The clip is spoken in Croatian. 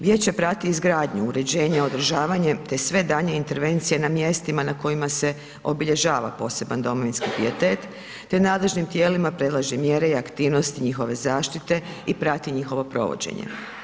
Vijeće prati izgradnju, uređenje, održavanje te sve daljnje intervencije na mjestima na kojima se obilježava poseban domovinski pijetet te nadležnim tijelima predlaže mjere i aktivnosti njihove zaštite i prati njihovo provođenje.